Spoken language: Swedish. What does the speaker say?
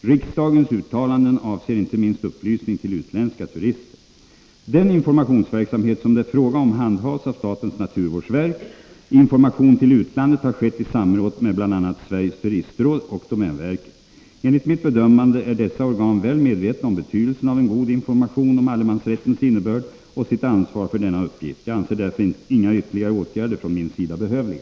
Riksdagens uttalanden avser inte minst upplysning till utländska turister. Den informationsverksamhet som det är fråga om handhas av statens | naturvårdsverk. Information till utlandet har skett i samråd med bl.a. Sveriges turistråd och domänverket. Enligt mitt bedömande är dessa organ väl medvetna om betydelsen av en god information om allemansrättens innebörd och sitt ansvar för denna uppgift. Jag anser därför inga ytterligare åtgärder från min sida behövliga.